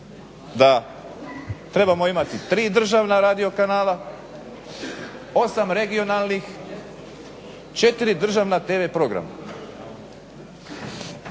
da trebamo imati tri državna radio kanala, osam regionalnih, četiri državna tv programa.